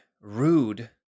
rude